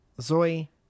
Zoe